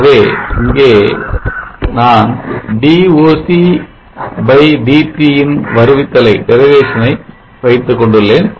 ஆகவே இங்கே நான் dVOCdT இன் வருவித்தலை வைத்துக் கொண்டுள்ளேன்